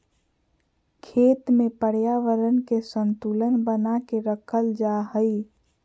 खेत में पर्यावरण के संतुलन बना के रखल जा हइ